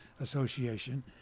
Association